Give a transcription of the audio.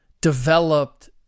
developed